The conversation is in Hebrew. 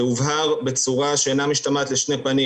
זה הובהר בצורה שאינה משתמעת לשתי פנים